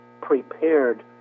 prepared